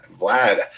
Vlad